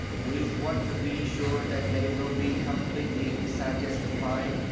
we want to be sure that they will be completely satisfied.